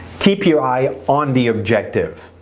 keep your eye on the objective.